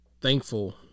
thankful